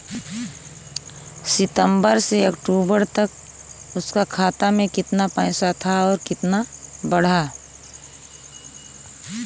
सितंबर से अक्टूबर तक उसका खाता में कीतना पेसा था और कीतना बड़ा?